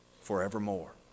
forevermore